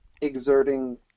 exerting –